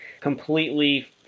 completely